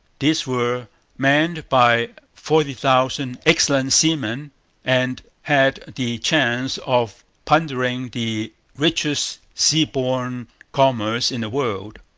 these were manned by forty thousand excellent seamen and had the chance of plundering the richest sea-borne commerce in the world.